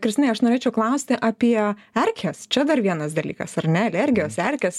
kristinai aš norėčiau klausti apie erkes čia dar vienas dalykas ar ne alergijos erkės